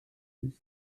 dix